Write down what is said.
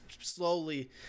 slowly